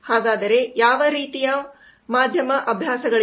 ಹಾಗಾದರೆ ಯಾವ ರೀತಿಯ ಮಾಧ್ಯಮ ಅಭ್ಯಾಸಗಳು